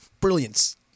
Brilliance